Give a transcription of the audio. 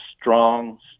strong